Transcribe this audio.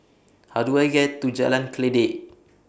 How Do I get to Jalan Kledek